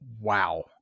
wow